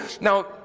now